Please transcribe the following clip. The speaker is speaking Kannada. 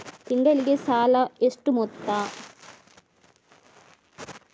ತಿಂಗಳಿಗೆ ಸಾಲ ಎಷ್ಟು ಮೊತ್ತ?